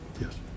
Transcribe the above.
Yes